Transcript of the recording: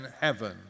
heaven